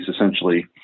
essentially